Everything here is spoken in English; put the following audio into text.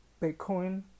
Bitcoin